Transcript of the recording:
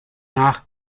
nach